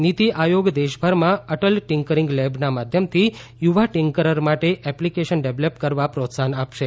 નીતિ આયોગ દેશભરમાં અટલ ટીંકરીંગ લેબના માધ્યમથી યુવા ટીંકરર માટે એપ્લિકેશન ડેવેલપ કરવા પ્રોત્સાહન આપશે